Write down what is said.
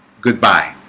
goodbye